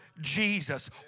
Jesus